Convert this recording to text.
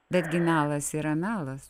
betgi melas yra melas